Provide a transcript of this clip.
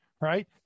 Right